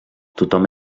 tothom